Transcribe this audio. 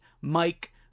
Mike